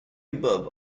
above